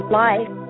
life